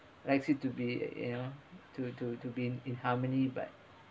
likes it to be you know to to to be in harmony but